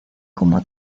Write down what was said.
como